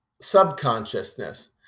subconsciousness